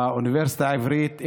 באוניברסיטה העברית,